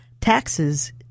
taxes